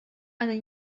она